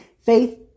faith